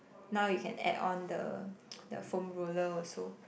now you can add on the the foam roller also